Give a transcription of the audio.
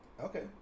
Okay